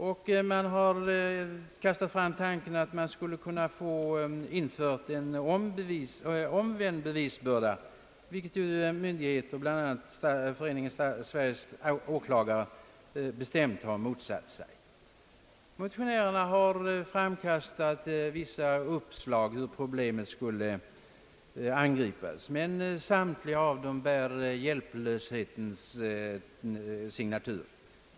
Tanken har framkastats att man skulle införa en omvänd bevisbörda, vilket vissa myndigheter och bl.a. Föreningen Sveriges åklagare, bestämt har motsatt sig. Motionärerna har givit vissa uppslag till hur problemen skall angripas, men samtliga av dem bär hjälplöshetens signatur.